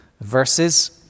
verses